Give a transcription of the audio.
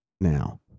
now